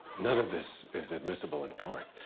none of this is admissible in court.